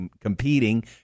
competing